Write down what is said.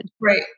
Right